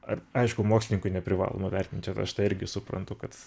ar aišku mokslininkui neprivaloma vertint čia aš tą irgi suprantu kad